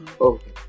Okay